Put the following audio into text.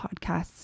podcasts